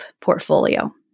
portfolio